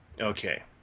Okay